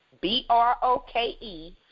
B-R-O-K-E